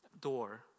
door